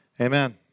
Amen